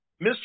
Mr